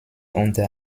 unter